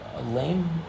Lame